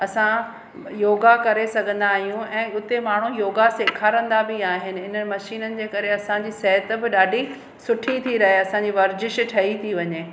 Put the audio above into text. असां योगा करे सघंदा आहियूं ऐं उते माण्हू योगा सेखारींदा बि आहिनि इन मशीननि जे करे असांजी सिहतु बि ॾाढी सुठी थी रहे असांजी वर्जिशु ठही थी वञे